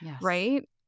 right